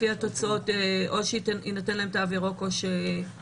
לפי התוצאות, או שיינתן להם תו ירוק או שיוחלט